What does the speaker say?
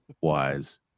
Wise